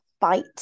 fight